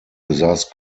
besaß